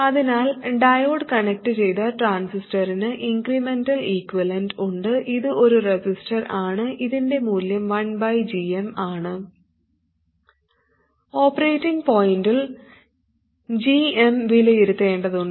അതിനാൽ ഡയോഡ് കണക്റ്റുചെയ്ത ട്രാൻസിസ്റ്ററിന് ഇൻക്രെമെന്റൽ ഇക്വിവലെന്റ് ഉണ്ട് ഇത് ഒരു റെസിസ്റ്റർ ആണ് ഇതിൻറെ മൂല്യം 1gm ആണ് ഓപ്പറേറ്റിംഗ് പോയിന്റിൽ gm വിലയിരുത്തേണ്ടതുണ്ട്